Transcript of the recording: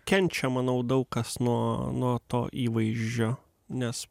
kenčia manau daug kas nuo nuo to įvaizdžio nes